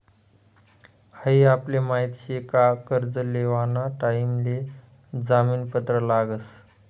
हाई आपले माहित शे का कर्ज लेवाना टाइम ले जामीन पत्र लागस